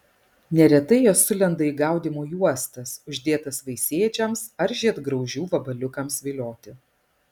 neretai jos sulenda į gaudymo juostas uždėtas vaisėdžiams ar žiedgraužių vabaliukams vilioti